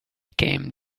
came